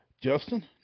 Justin